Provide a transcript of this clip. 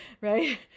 Right